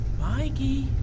Mikey